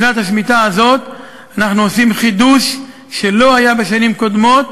בשנת השמיטה הזאת אנחנו עושים חידוש שלא היה בשנים קודמות: